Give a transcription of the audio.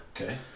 Okay